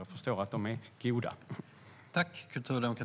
Jag förstår att de är goda.